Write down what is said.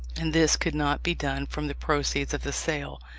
and this could not be done from the proceeds of the sale.